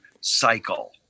cycle